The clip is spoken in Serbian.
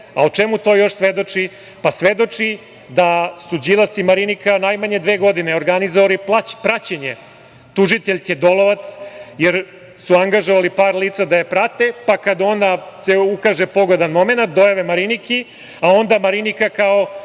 a o čemu to još svedoči? Svedoči da su Đilas i Marinika najmanje dve godine organizovali praćenje tužiteljke Dolovac, jer su angažovali par lica da je prate, pa kad se ukaže pogodan momenat, dojave Mariniki, a onda Marinika kao